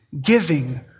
giving